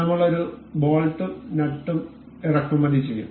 നമ്മൾ ഒരു ബോൾട്ടും നട്ടും ഇറക്കുമതി ചെയ്യും